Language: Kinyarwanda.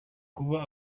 kuba